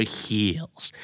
heels